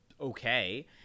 okay